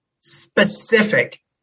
specific